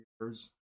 years